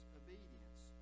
obedience